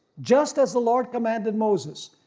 just as the lord commanded moses,